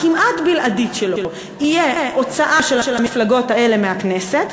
הכמעט בלעדית שלו תהיה הוצאה של המפלגות האלה מהכנסת,